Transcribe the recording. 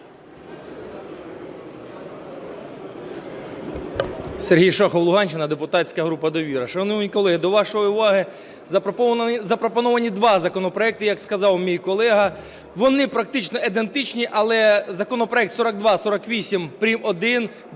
Сергій Шахов, Луганщина, депутатська група "Довіра". Шановні колеги, до вашої уваги запропоновані два законопроекти. Як сказав мій колега, вони практично ідентичні. Але законопроект 4248-1